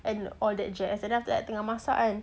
and all that jazz and then after that I tengah masak kan